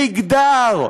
מגדר,